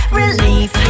relief